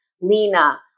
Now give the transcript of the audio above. Lena